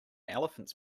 elephants